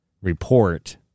report